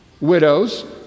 widows